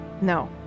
No